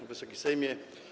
Wysoki Sejmie!